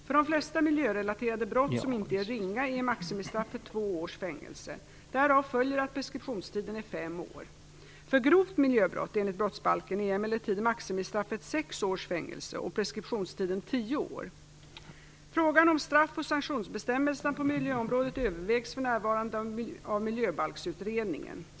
För de flesta miljörelaterade brott, som inte är ringa, är maximistraffet två års fängelse. Därav följer att preskriptionstiden är fem år. För grovt miljöbrott enligt brottsbalken är emellertid maximistraffet sex års fängelse och preskriptionstiden tio år. Frågan om straff och sanktionsbestämmelserna på miljöområdet övervägs för närvarande av Miljöbalksutredningen.